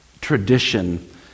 tradition